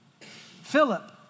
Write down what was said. Philip